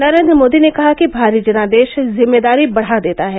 नरेंद्र मोदी ने कहा कि भारी जनादेश जिम्मेदारी बढ़ा देता है